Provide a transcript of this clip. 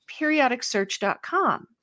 periodicsearch.com